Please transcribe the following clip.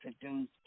produced